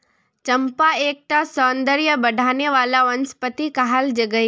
चंपा एक टा सौंदर्य बढाने वाला वनस्पति कहाल गहिये